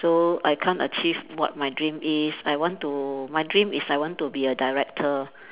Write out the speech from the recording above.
so I can't achieve what my dream is I want to my dream is I want to be a director